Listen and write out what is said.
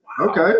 Okay